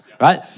right